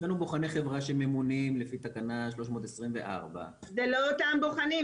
אצלנו בוחני חברה שממונים לפי תקנה 324. זה לא אותם בוחנים,